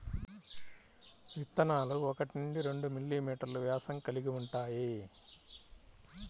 విత్తనాలు ఒకటి నుండి రెండు మిల్లీమీటర్లు వ్యాసం కలిగి ఉంటాయి